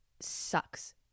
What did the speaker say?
sucks